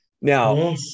Now